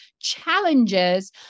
challenges